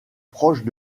proches